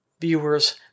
viewers